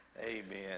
Amen